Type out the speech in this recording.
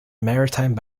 maritime